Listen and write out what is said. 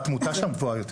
התמותה גבוהה יותר